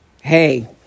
hey